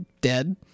dead